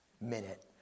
minute